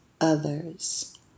others